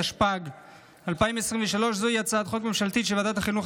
התשפ"ג 2023. זוהי הצעת חוק ממשלתית שוועדת החינוך,